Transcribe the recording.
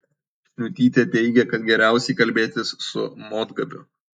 šniutytė teigė kad geriausiai kalbėtis su motgabiu